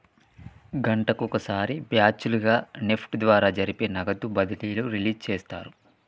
గంటకొక సారి బ్యాచ్ లుగా నెఫ్ట్ ద్వారా జరిపే నగదు బదిలీలు రిలీజ్ చేస్తారు